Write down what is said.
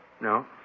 No